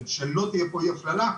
שלא תהיה פה אי הפללה,